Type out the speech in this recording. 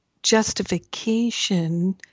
justification